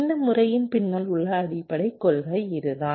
இந்த முறையின் பின்னால் உள்ள அடிப்படைக் கொள்கை இதுதான்